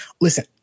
listen